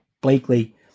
Blakely